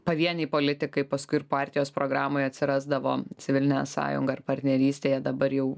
pavieniai politikai paskui ir partijos programoje atsirasdavo civilinę sąjungą ir partnerystėje dabar jau